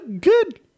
good